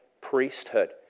priesthood